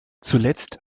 zuletzt